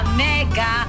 mega